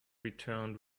returned